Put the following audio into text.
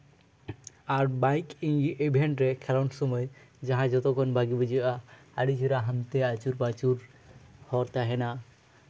bike event ᱨᱮ ᱠᱷᱮᱞᱚᱱᱰ ᱥᱚᱢᱚᱭ ᱡᱟᱦᱟᱸ ᱡᱚᱛᱚᱠᱷᱚᱱ ᱵᱷᱟᱹᱜᱤ ᱵᱩᱡᱷᱟᱹᱜᱼᱟ ᱟᱹᱰᱤ ᱪᱮᱦᱨᱟ ᱦᱟᱱᱛᱮ ᱟᱹᱪᱩᱨ ᱯᱟᱹᱪᱩᱨ ᱦᱚᱨ ᱛᱟᱦᱮᱱᱟ